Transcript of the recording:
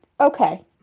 Okay